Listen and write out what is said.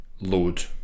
load